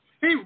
Hey